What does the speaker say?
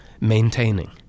maintaining